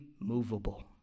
immovable